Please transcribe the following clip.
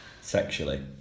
Sexually